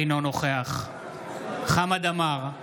אינו נוכח חמד עמאר,